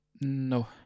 no